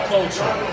Culture